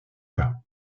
pas